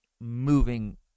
moving